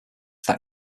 that